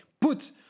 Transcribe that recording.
put